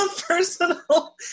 personal